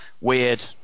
Weird